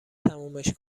تمومش